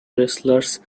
wrestlers